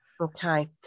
Okay